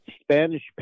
Spanish